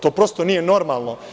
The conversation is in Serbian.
To prosto nije normalno.